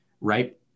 right